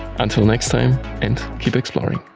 until next time and keep exploring!